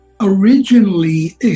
originally